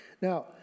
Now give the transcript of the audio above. Now